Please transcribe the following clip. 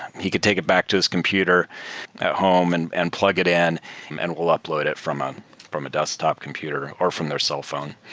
he could take it back to his computer at home and and plug it in and will upload it from um from a desktop computer or from their cellphone